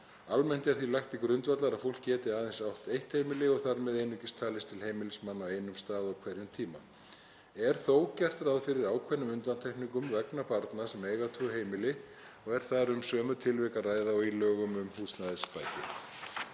Almennt er því lagt til grundvallar að fólk geti aðeins átt eitt heimili og þar með einungis talist til heimilismanna á einum stað á hverjum tíma. Er þó gert ráð fyrir ákveðnum undantekningum vegna barna sem eiga tvö heimili, og er þar um sömu tilvik að ræða og í lögum um húsnæðisbætur.